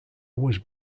was